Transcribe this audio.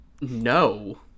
No